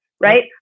right